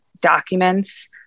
documents